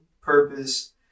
purpose